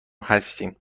هستیم